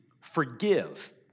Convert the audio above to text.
forgive